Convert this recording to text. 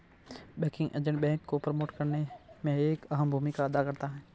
banking agent bank को promote करने में एक अहम भूमिका अदा करता है